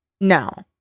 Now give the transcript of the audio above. no